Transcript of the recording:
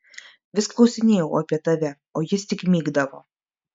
vis klausinėjau apie tave o jis tik mykdavo